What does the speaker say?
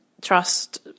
trust